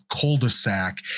cul-de-sac